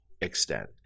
extent